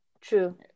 true